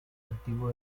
antiguo